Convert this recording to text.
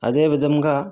అదే విధంగా